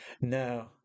no